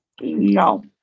No